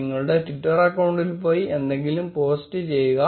നിങ്ങളുടെ ട്വിറ്റർ അക്കൌണ്ടിൽ പോയി എന്തെങ്കിലും പോസ്റ്റ് ചെയ്യുക